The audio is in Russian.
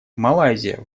малайзия